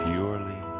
Purely